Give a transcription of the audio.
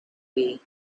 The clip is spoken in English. wii